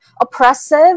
oppressive